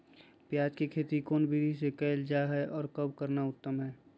प्याज के खेती कौन विधि से कैल जा है, और कब करना उत्तम है?